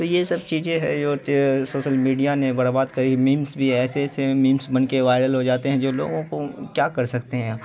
تو یہ سب چیزیں ہے جو سوسل میڈیا نے برباد کری میمس بھی ایسے ایسے میمس بن کے وائرل ہو جاتے ہیں جو لوگوں کو کیا کرسکتے ہیں